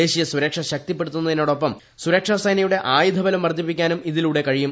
ദേശീയ സുരക്ഷ ശക്തിപ്പെടുത്തുന്നതിനൊപ്പം സുരക്ഷാ സേനയുടെ ആയുധബലം വർദ്ധിപ്പിക്കാനും ഇതിലൂടെ കഴിയും